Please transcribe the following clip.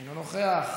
אינו נוכח.